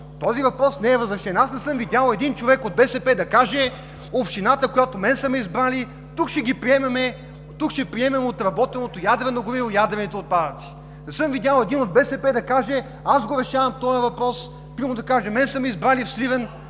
Този въпрос не е разрешен. Аз не съм видял един човек от БСП да каже: „Общината, от която мен са ме избрали, ще приеме отработеното ядрено гориво и ядрените отпадъци“. Не съм видял един от БСП да каже: „Аз решавам този въпрос! Мен са ме избрали в Сливен,